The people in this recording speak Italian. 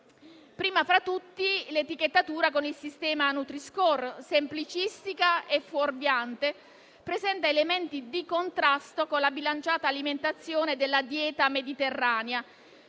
prima fra tutti, all'etichettatura con il sistema nutri-score che, semplicistica e fuorviante, presenta elementi di contrasto con la bilanciata alimentazione della dieta mediterranea.